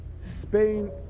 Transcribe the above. Spain